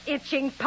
Itching